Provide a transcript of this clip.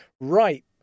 right